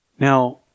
Now